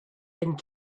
and